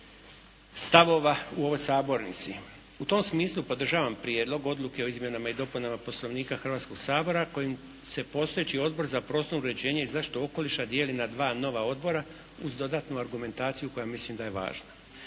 U tom smislu podržavam Prijedlog odluke o izmjenama i dopunama Poslovnika Hrvatskog sabora kojim se postojeći Odbor za prostorno uređenje i zaštitu okoliša dijeli na dva nova odbora uz dodatnu argumentaciju koja mislim da je važna.